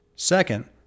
Second